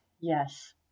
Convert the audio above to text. Yes